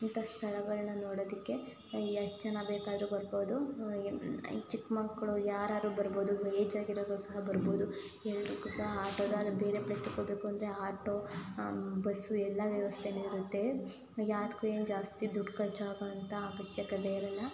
ಇಂಥ ಸ್ಥಳಗಳನ್ನ ನೋಡೋದಕ್ಕೆ ಎಷ್ಟು ಜನ ಬೇಕಾದ್ರೂ ಬರ್ಬೋದು ಚಿಕ್ಕ ಮಕ್ಕಳು ಯಾರಾದ್ರೂ ಬರ್ಬೋದು ಏಜ್ ಆಗಿರೋರು ಸಹ ಬರ್ಬೋದು ಎಲ್ರಿಗೂ ಸಹ ಆಟೋದಾಗ ಬೇರೆ ಪ್ಲೇಸಿಗೆ ಹೋಗ್ಬೇಕು ಅಂದರೆ ಆಟೋ ಬಸ್ಸು ಎಲ್ಲ ವ್ಯವಸ್ಥೆಯೂ ಇರುತ್ತೆ ಯಾವ್ದಕ್ಕೂ ಏನು ಜಾಸ್ತಿ ದುಡ್ಡು ಖರ್ಚಾಗುವಂಥ ಅವಶ್ಯಕತೆ ಇರೋಲ್ಲ